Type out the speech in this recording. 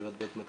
--- בטווח הזמן,